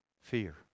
Fear